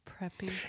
Preppy